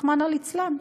רחמנא ליצלן?